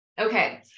Okay